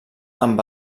amb